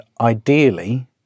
ideally